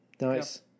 nice